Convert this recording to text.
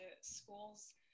schools